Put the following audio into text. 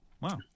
Wow